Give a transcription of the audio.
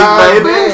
baby